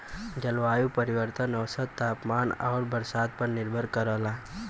जलवायु परिवर्तन औसत तापमान आउर बरसात पर निर्भर करला